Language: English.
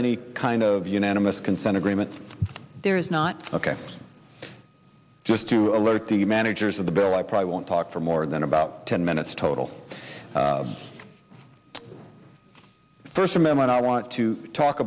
any kind of unanimous consent agreement there is not ok just to alert the managers of the bill i probably won't talk for more than about ten minutes total the first amendment i want to talk